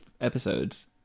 episodes